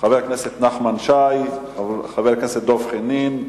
חבר הכנסת נחמן שי, חבר הכנסת דב חנין,